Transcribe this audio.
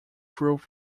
through